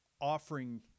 offering